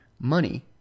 money